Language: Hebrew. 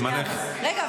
זמנך --- רגע,